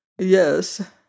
Yes